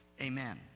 amen